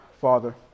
Father